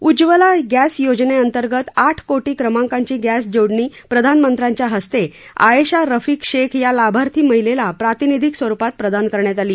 Ujjwala gas योजनेअंतर्गत आठ कोटी क्रमांकाची गॅसजोडणी प्रधानमंत्र्यांच्या हस्ते आएशा रफिक शेख या लाभार्थी महिलेला प्रातिनिधीक स्वरुपात प्रदान करण्यात आली